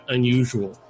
Unusual